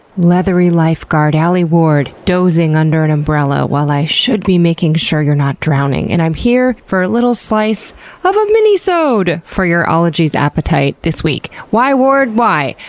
leathery lifeguard alie ward, dozing under an umbrella while i should be making sure you're not drowning, and i'm here for a little slice of a minisode for your ologies appetite this week. why, ward, why?